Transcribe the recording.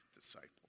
disciples